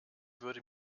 würde